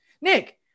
Nick